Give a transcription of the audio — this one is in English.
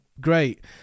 great